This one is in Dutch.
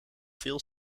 veel